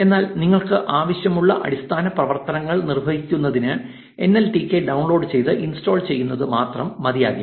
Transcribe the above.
എന്നാൽ നിങ്ങൾക്ക് ആവശ്യമുള്ള അടിസ്ഥാന പ്രവർത്തനങ്ങൾ നിർവഹിക്കുന്നതിന് എൻഎൽടികെ ഡൌൺലോഡ് ചെയ്ത് ഇൻസ്റ്റാൾ ചെയ്യുന്നത് മാത്രം മതിയാകില്ല